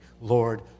Lord